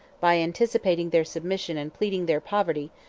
by anticipating their submission and pleading their poverty,